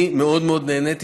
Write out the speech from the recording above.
אני מאוד מאוד נהניתי.